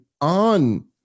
on